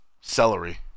Celery